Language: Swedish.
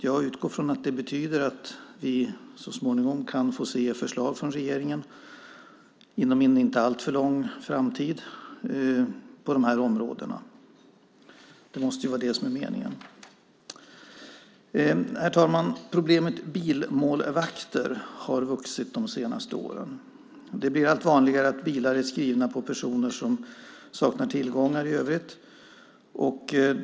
Jag utgår från att det betyder att vi inom en inte alltför avlägsen framtid kan få se förslag från regeringen på de här områdena. Det måste vara det som är meningen. Herr talman! Problemet med bilmålvakter har vuxit de senaste åren. Det blir allt vanligare att bilar är skrivna på personer som saknar tillgångar i övrigt.